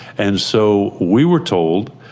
and so we were told,